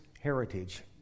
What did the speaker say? heritage